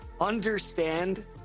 understand